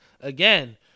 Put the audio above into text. again